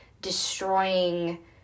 destroying